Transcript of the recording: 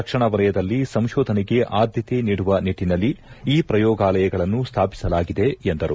ರಕ್ಷಣಾ ವಲಯದಲ್ಲಿ ಸಂತೋಧನೆಗೆ ಆದ್ದತೆ ನೀಡುವ ನಿಟ್ಟನಲ್ಲಿ ಈ ಪ್ರಯೋಗಾಲಯಗಳನ್ನು ಸ್ವಾಪಿಸಲಾಗಿದೆ ಎಂದರು